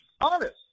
honest